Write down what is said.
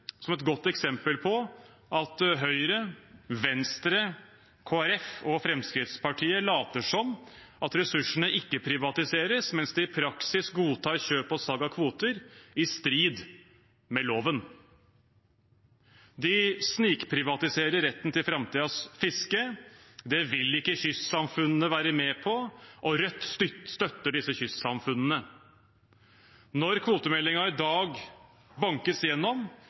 som et godt eksempel på at Høyre, Venstre, Kristelig Folkeparti og Fremskrittspartiet later som at ressursene ikke privatiseres, mens de i praksis godtar kjøp og salg av kvoter, i strid med loven. De snikprivatiserer retten til framtidens fiske. Det vil ikke kystsamfunnene være med på, og Rødt støtter kystsamfunnene. Når kvotemeldingen i dag bankes